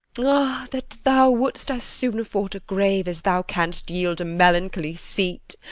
ah, that thou wouldst as soon afford a grave as thou canst yield a melancholy seat!